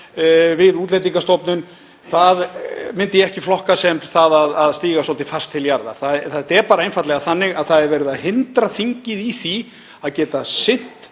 við Útlendingastofnun myndi ég ekki flokka sem það að stíga svolítið fast til jarðar. Það er bara einfaldlega þannig að það er verið að hindra þingið í því að geta sinnt